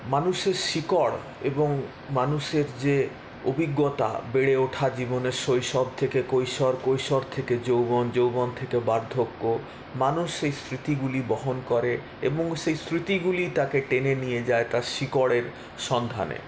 মানুষের শিকড় এবং মানুষের যে অভিজ্ঞতা বেড়ে ওঠা জীবনের শৈশব থেকে কৈশোর কৈশোর থেকে যৌবন যৌবন থেকে বার্ধক্য মানুষ এই স্মৃতিগুলি বহন করে এবং সেই স্মৃতিগুলি তাকে টেনে নিয়ে যায় তার শিকড়ের সন্ধানে